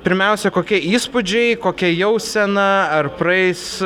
pirmiausia kokie įspūdžiai kokia jausena ar praeis